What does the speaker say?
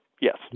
Yes